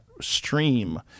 stream